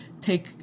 Take